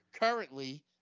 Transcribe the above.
currently